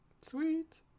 Sweet